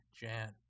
jan